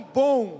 bom